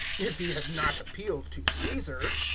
if he had not appealed to caesar.